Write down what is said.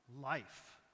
life